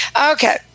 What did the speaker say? Okay